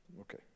Okay